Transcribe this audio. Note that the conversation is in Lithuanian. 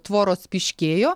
tvoros pyškėjo